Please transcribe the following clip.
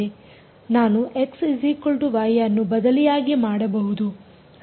ನಾನು x y ಅನ್ನು ಬದಲಿಯಾಗಿ ಮಾಡಬಹುದು